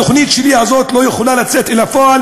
התוכנית שלי הזאת לא יכולה לצאת אל הפועל